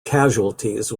casualties